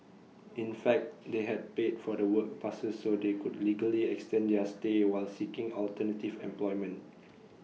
in fact they had paid for the work passes so they could legally extend their stay while seeking alternative employment